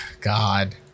God